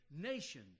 nation